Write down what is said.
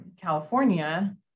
California